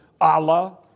Allah